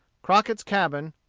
crockett's cabin,